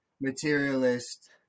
Materialist